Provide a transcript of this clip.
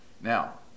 Now